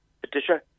Patricia